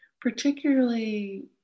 Particularly